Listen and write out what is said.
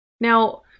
Now